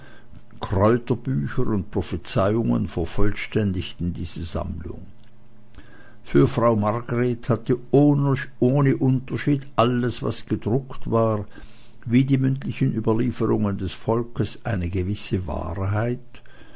kräuterbücher und prophezeiungen vervollständigten diese sammlung für frau margret hatte ohne unterschied alles was gedruckt war wie die mündlichen überlieferungen des volkes eine gewisse wahrheit